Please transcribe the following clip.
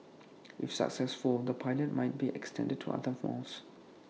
if successful the pilot might be extended to other malls